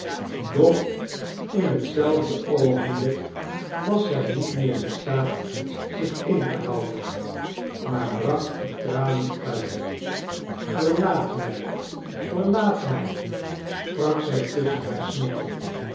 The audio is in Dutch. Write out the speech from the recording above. doch in hetzelfde oogenblik was zij niet meer in staat zich in te houden maar brak in tranen uit verlaat mij verlaat mij sprak zij tusschen haar snikken